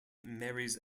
marries